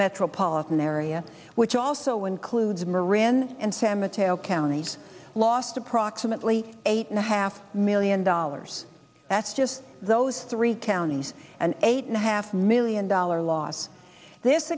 metropolitan area which also includes moran and sam a tale county lost approximately eight and a half million dollars that's just those three counties an eight and a half million dollar loss this